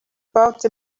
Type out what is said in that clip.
about